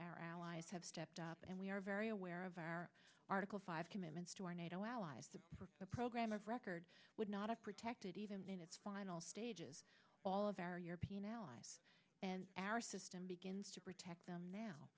our allies have stepped up and we are very aware of our article five commitments to our nato allies to the program of record would not have protected even in its final stages all of our european allies and our system begins to protect them now